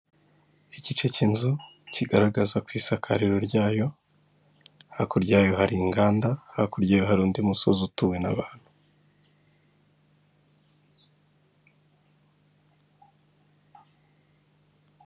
Igice cy'inzu, kigaragaza ku isakariro ryayo, hakurya yayo hari inganda, hakurya yo hari undi umusozi utuwe n'abantu.